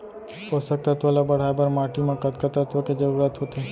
पोसक तत्व ला बढ़ाये बर माटी म कतका तत्व के जरूरत होथे?